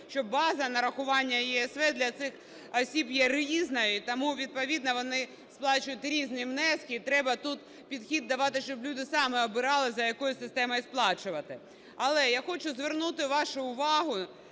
що база нарахування ЄСВ для цих осіб є різною, тому відповідно вони сплачують різні внески. І треба тут підхід давати, щоб люди самі обирали, за якою системою сплачувати. Але я хочу звернути вашу увагу